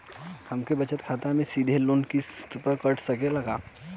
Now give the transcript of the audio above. हमरे बचत खाते से सीधे लोन क किस्त कट सकेला का?